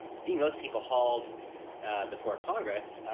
seeing those people hauled before congress,